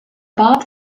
bob